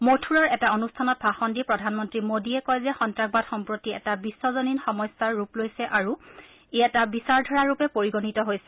মথুৰাৰ এটা অনুষ্ঠানত ভাষণ দি প্ৰধানমন্ত্ৰী মোডীয়ে কয় যে সন্তাসবাদ সম্প্ৰতি এটা বিশ্বজনীন সমস্যাৰ ৰূপ লৈছে আৰু ই এটা বিচাৰধাৰা ৰূপে পৰিগণিত হৈছে